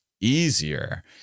easier